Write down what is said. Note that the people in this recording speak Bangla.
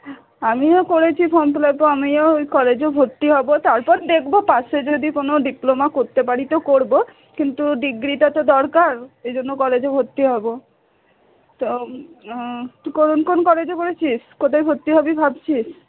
আমিও করেছি ফর্ম ফিল আপ তো আমিও ওই কলেজে ভর্তি হবো তারপর দেখব পাশে যদি কোনো ডিপ্লোমা করতে পারি তো করব কিন্তু ডিগ্রিটা তো দরকার এই জন্য কলেজে ভর্তি হব তো তুই কোন কোন কলেজে করেছিস কোথায় ভর্তি হবি ভাবছিস